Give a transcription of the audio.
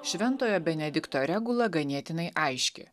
šventojo benedikto regula ganėtinai aiški